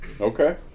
Okay